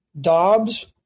Dobbs